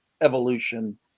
evolution